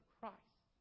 Christ